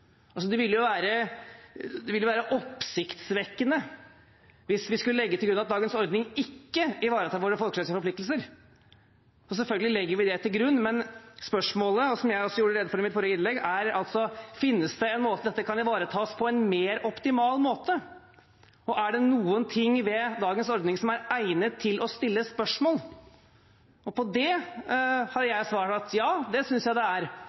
at dagens ordning ikke ivaretar våre folkerettslige forpliktelser. Selvfølgelig legger vi det til grunn. Spørsmålet, som jeg også gjorde rede for i mitt forrige innlegg, er: Finnes det en måte dette kan ivaretas på på en mer optimal måte? Er det noen ting ved dagens ordning som er egnet til å stille spørsmål om? På det har jeg svart at ja, det synes jeg det er.